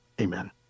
Amen